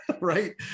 right